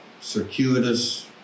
circuitous